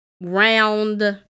round